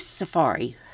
safari